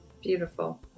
Beautiful